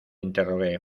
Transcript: interrogué